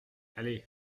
allez